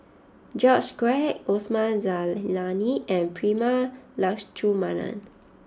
George Quek Osman Zailani and Prema Letchumanan